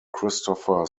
christopher